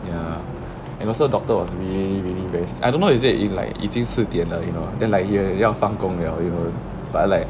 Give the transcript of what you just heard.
ya and also doctor was really really very s~ I don't know is it in like 已经四点了 you know then like !yay! 要放工 liao you know but like